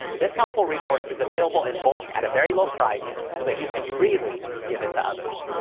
this helpful resource is available in bulk at a very low price so that you can freely give it to others.